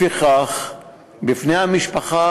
לפיכך, בפני המשפחה